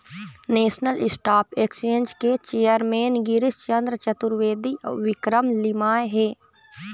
national Stock Exchange के chairman Girish Chandra Chaturvedi अउ विक्रम लिमाय हे